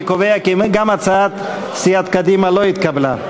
אני קובע כי גם הצעת סיעת קדימה לא התקבלה.